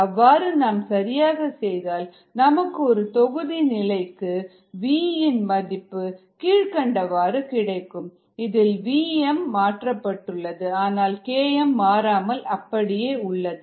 அவ்வாறு நாம் சரியாக செய்தால் நமக்கு ஒரு தொகுதி நிலைக்கு v இன் மதிப்பு கீழ்கண்டவாறு கிடைக்கும் vdPdtvm1IKISKmS இதில் vmமாற்றப்பட்டுள்ளது ஆனால் Kmமாறாமல் அப்படியே உள்ளது